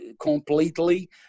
completely